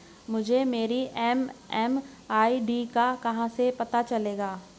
मुझे मेरी एम.एम.आई.डी का कहाँ से पता चलेगा?